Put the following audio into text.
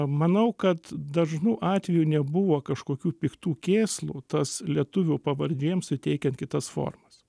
manau kad dažnu atveju nebuvo kažkokių piktų kėslų tas lietuvių pavardėm suteikiant kitas formas